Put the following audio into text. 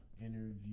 interview